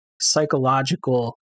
psychological